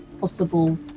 possible